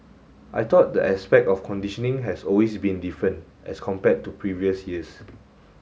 I thought the aspect of conditioning has always been different as compared to previous years